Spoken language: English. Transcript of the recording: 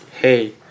Hey